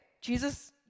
Jesus